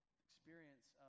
experience